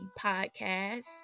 podcast